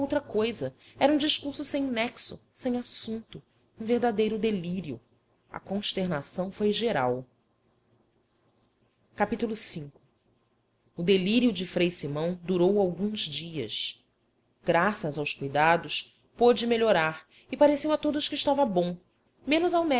coisa era um discurso sem nexo sem assunto um verdadeiro delírio a consternação foi geral capítulo v o delírio de frei simão durou alguns dias graças aos cuidados pôde melhorar e pareceu a todos que estava bom menos